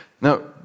Now